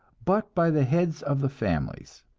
but by the heads of the families.